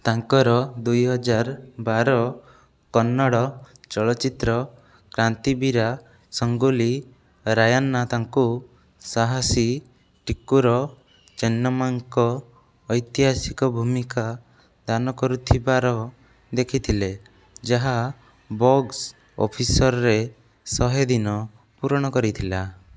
ତାଙ୍କର ଦୁଇ ହଜାର୍ ବାର କନ୍ନଡ଼ ଚଳଚିତ୍ର କ୍ରାନ୍ତିବୀରା ସଙ୍ଗୋଲି ରୟାନା ତାଙ୍କୁ ସାହାସୀ ଟିକୋ ର ଚିନ୍ନେମାଙ୍କ ଏୈତିହାସିକ ଭୂମିକା ଦାନ କରୁଥିବାର ଦେଖିଥିଲେ ଯାହା ବକ୍ସ୍ ଅଫିସ୍ରେ ଶହେ ଦିନ ପୂରଣ କରିଥିଲା